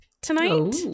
tonight